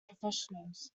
professionals